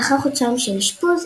לאחר חודשיים של אשפוז,